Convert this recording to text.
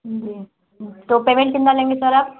जी तो पैमेंट कितना लेंगे सर आप